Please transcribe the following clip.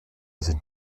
sind